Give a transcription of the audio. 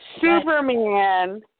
Superman